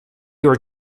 your